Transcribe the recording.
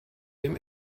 dem